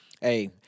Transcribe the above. Hey